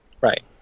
Right